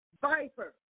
viper